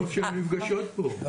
טוב שהן נפגשות פה.